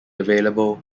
available